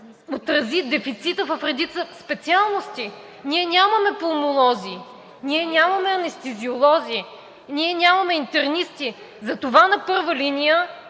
отрази дефицита в редица специалности? Ние нямаме пулмолози, ние нямаме анестезиолози, ние нямаме интернисти, затова на първа линия